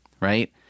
right